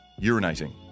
urinating